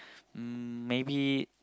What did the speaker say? um maybe